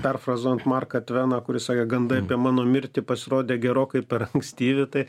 perfrazuojant marką tveną kuris sakė gandai apie mano mirtį pasirodė gerokai per ankstyvi tai